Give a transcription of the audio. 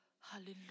Hallelujah